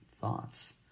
thoughts